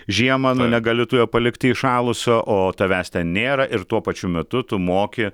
žiemą nu negali tu jo negali palikti įšalusio o tavęs ten nėra ir tuo pačiu metu tu moki